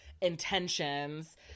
intentions